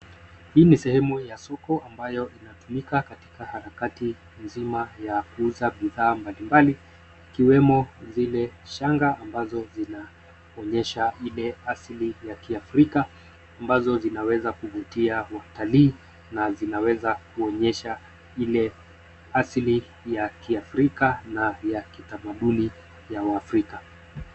Hii ni sehemu ya soko, ambayo inatumika katika harakati nzima ya kuuza bidhaa mbalimbali, ikiwemo zile shanga, ambazo zinaonyesha ile asili ya kiafrika, ambazo zinaweza kuvutia watalii, na zinaweza kuonyesha ile asili ya kiafrika, na ya kitamaduni ya waafrika.